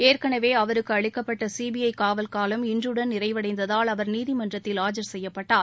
ஏற்கனவே அவருக்கு அளிக்கப்பட்ட சிபிஐ காவல் காலம் இன்று நிறைவடைந்ததால் அவர் நீதிமன்றத்தில் ஆஜர் செய்யப்பட்டார்